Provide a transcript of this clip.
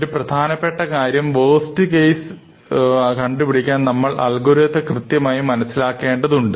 ഒരു പ്രധാനപ്പെട്ട കാര്യം വേസ്റ്റ് കേസ് കണ്ടുപിടിക്കാൻ നമ്മൾ അൽഗോരിതത്തെ കൃത്യമായി മനസ്സിലാക്കേണ്ടതുണ്ട്